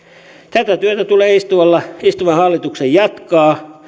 tätä työtä tulee istuvan hallituksen jatkaa